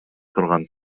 турган